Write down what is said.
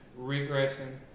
regressing